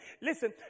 Listen